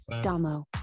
damo